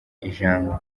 ijambo